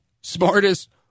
smartest